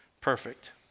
perfect